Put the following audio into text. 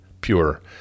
pure